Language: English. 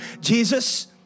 Jesus